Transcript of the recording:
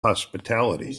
hospitality